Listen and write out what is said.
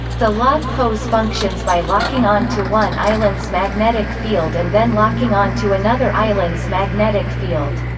the log pose functions by locking on to one island's magnetic field and then locking on to another island's magnetic field.